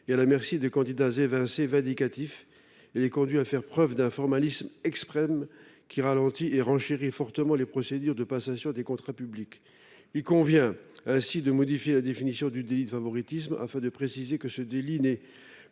à la merci des candidats évincés vindicatifs. Cela les conduit à faire preuve d’un formalisme extrême qui ralentit et renchérit fortement les procédures de passation des contrats publics. Aussi, il convient de modifier la définition du délit de favoritisme afin de préciser que celui ci est